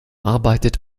arbeitet